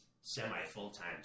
semi-full-time